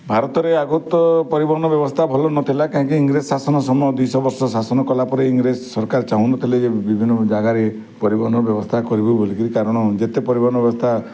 ଭାରତରେ ଆଗରୁ ତ ପରିବହନ ବ୍ୟବସ୍ଥା ଭଲ ନଥିଲା କାହିଁକି ଇରେଂଜ ଶାସନ ସମୟ ଦୁଇ ଶହ ବର୍ଷ ଶାସନ କଲା ପରେ ଇରେଂଜ ସରକାର ଚାହୁଁନଥିଲେ ଯେ ବିଭିନ୍ନ ଜାଗାରେ ପରିବହନ ବ୍ୟବସ୍ଥା କରିବୁ ବୋଲି କିରି କାରଣ ଯେତେ ପରିବହନ ବ୍ୟବସ୍ଥା